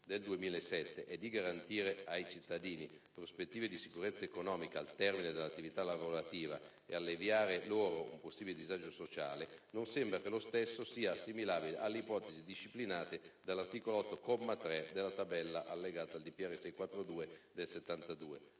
del 2007 è di garantire ai cittadini prospettive di sicurezza economica al termine dell'attività lavorativa ed alleviare loro un possibile disagio sociale, non sembra che lo stesso sia assimilabile alle ipotesi disciplinate dall'articolo 8, comma 3, della Tabella allegata al decreto del